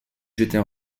jeter